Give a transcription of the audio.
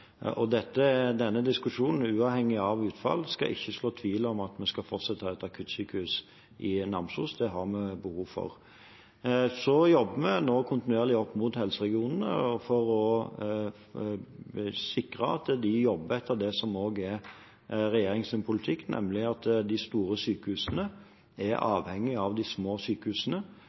Denne diskusjonen – uavhengig av utfall – skal ikke så tvil om at vi fortsatt skal ha et akuttsykehus i Namsos, det har vi behov for. Så jobber vi nå kontinuerlig opp mot helseregionene for å sikre at de jobber etter det som også er regjeringens politikk, nemlig at de store sykehusene er avhengig av de små sykehusene.